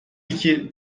iki